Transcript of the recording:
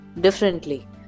differently